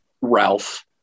Ralph